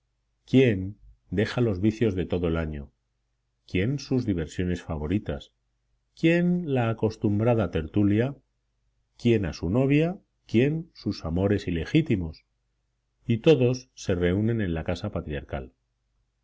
quién deja los vicios de todo el año quién sus diversiones favoritas quién la acostumbrada tertulia quién a su novia quién sus amores ilegítimos y todos se reúnen en la casa patriarcal